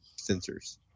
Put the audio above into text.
sensors